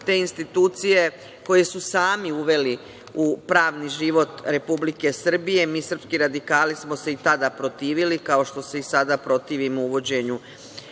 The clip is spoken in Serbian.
te institucije koje su sami uveli u pravni život Republike Srbije. Mi, srpski radikali, smo se i tada protivili, kao što se i sada protivimo uvođenju